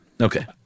Okay